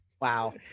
wow